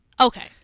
Okay